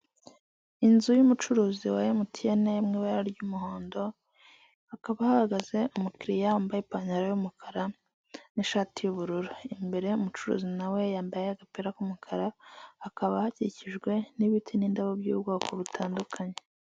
Inzu y'umucuruzi wa MTN mu ibara ry'umuhondo, hakaba bahagaze umukiriya wambaye ipantaro y'umukara n'inshati y'ubururu, imbere umucuruzi nawe yambaye agapira k'umukara hakaba hakikijwe n'ibiti n'indabo by'ubwoko butandukanye.